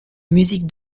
musique